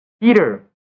Peter